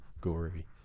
gory